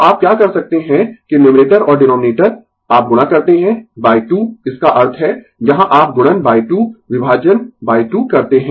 तो आप क्या कर सकते है कि न्यूमरेटर और डीनोमिनेटर आप गुणा करते है 2 इसका अर्थ है यहाँ आप गुणन 2 विभाजन 2 करते है